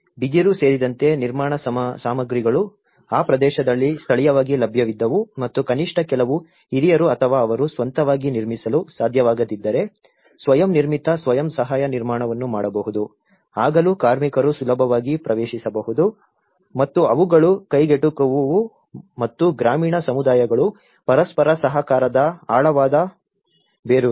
ಬಿದಿರು ಸೇರಿದಂತೆ ನಿರ್ಮಾಣ ಸಾಮಗ್ರಿಗಳು ಆ ಪ್ರದೇಶದಲ್ಲಿ ಸ್ಥಳೀಯವಾಗಿ ಲಭ್ಯವಿದ್ದವು ಮತ್ತು ಕನಿಷ್ಠ ಕೆಲವು ಹಿರಿಯರು ಅಥವಾ ಅವರು ಸ್ವಂತವಾಗಿ ನಿರ್ಮಿಸಲು ಸಾಧ್ಯವಾಗದಿದ್ದರೆ ಸ್ವಯಂ ನಿರ್ಮಿತ ಸ್ವಯಂ ಸಹಾಯ ನಿರ್ಮಾಣವನ್ನು ಮಾಡಬಹುದು ಆಗಲೂ ಕಾರ್ಮಿಕರು ಸುಲಭವಾಗಿ ಪ್ರವೇಶಿಸಬಹುದು ಮತ್ತು ಅವುಗಳು ಕೈಗೆಟುಕುವವು ಮತ್ತು ಗ್ರಾಮೀಣ ಸಮುದಾಯಗಳು ಪರಸ್ಪರ ಸಹಕಾರದ ಆಳವಾದ ಬೇರೂರಿದೆ